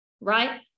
right